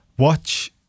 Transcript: Watch